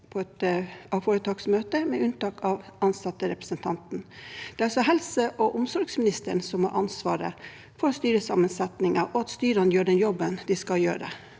velges av foretaksmøtet, med unntak av ansatterepresentanten. Det er altså helseog omsorgsministeren som har ansvaret for styresammensetningen og at styrene gjør den jobben de skal gjøre.